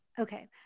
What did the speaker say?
Okay